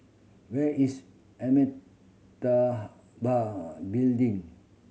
where is Amitabha Building